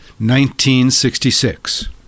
1966